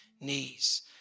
knees